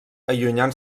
allunyant